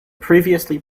previously